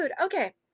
okay